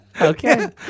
Okay